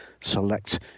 select